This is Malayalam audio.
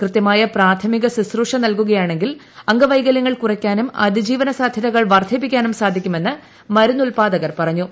കൃത്യമായ പ്രാഥമിക ശുശ്രൂക്ഷ നൽകുകയാണെങ്കിൽ അംഗവൈകല്യങ്ങൾ കുറയ്ക്കാനും അതിജീവന സാധ്യതകൾ വർദ്ധിപ്പിക്കാനും സാധിക്കുമെന്ന് മരുന്ന് ഉല്പാദകർ പറഞ്ഞു